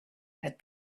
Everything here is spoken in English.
had